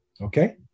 Okay